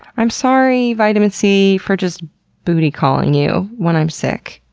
i'm sorry vitamin c for just booty calling you when i'm sick.